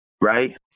right